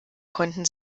konnten